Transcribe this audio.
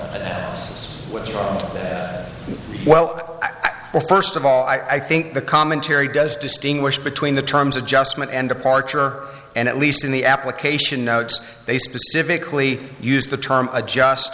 with well first of all i think the commentary does distinguish between the terms adjustment and departure and at least in the application notes they specifically used the term adjust